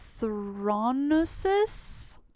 Thronosis